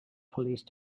police